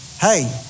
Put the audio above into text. Hey